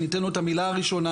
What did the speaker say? אני אתן לו את המילה הראשונה,